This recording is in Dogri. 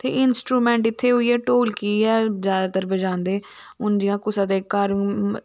ते इंस्ट्रोमेंट इत्थै ढोलकी गै ज्यादातर बजांदे हून जियां कुसै दे घर इयां